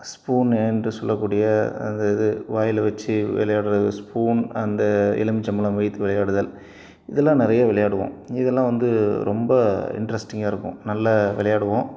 spoon என்று சொல்லக்கூடிய அந்த இது வாயில் வச்சு விளையாட்ற ஸ்பூன் அந்த எலுமிச்சம் பழம் வைத்து விளையாடுதல் இதெலாம் நிறைய விளையாடுவோம் இதெல்லாம் வந்து ரொம்ப இண்ட்ரெஸ்டிங்காக இருக்கும் நல்ல விளையாடுவோம்